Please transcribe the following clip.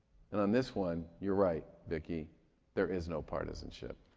and on this one, you're right, vicki there is no partisanship.